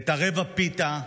את רבע הפיתה,